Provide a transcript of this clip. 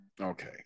Okay